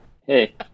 Hey